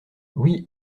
oui